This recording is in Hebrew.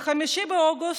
ב-5 באוגוסט,